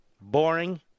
Boring